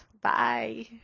Bye